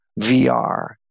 VR